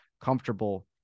comfortable